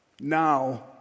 now